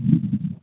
جی